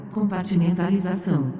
Compartimentalização